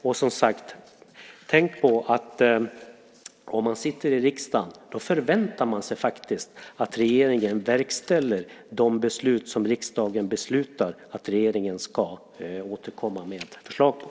Och, som sagt, tänk på att man om man sitter i riksdagen faktiskt väntar sig att regeringen verkställer riksdagens beslut och återkommer med förslag i de frågor som riksdagen beslutar att regeringen ska återkomma med förslag i.